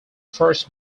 first